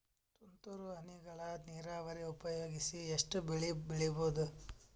ತುಂತುರು ಹನಿಗಳ ನೀರಾವರಿ ಉಪಯೋಗಿಸಿ ಎಷ್ಟು ಬೆಳಿ ಬೆಳಿಬಹುದು?